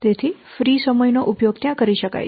જેથી ફ્રી સમય નો ઉપયોગ કરી શકાય